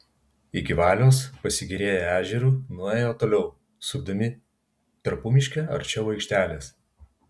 iki valios pasigėrėję ežeru nuėjo toliau sukdami tarpumiške arčiau aikštelės